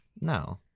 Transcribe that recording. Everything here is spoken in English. No